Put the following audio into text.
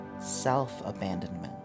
self-abandonment